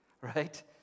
right